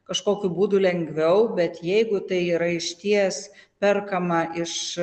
kažkokiu būdu lengviau bet jeigu tai yra išties perkama iš